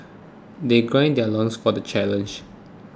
they gird their loins for the challenge